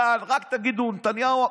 רק תגידו "נתניהו",